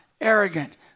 arrogant